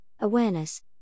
Awareness